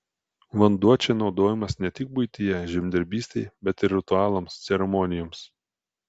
vanduo čia naudojamas ne tik buityje žemdirbystei bet ir ritualams ceremonijoms